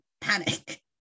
panic